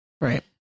right